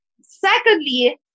Secondly